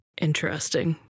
Interesting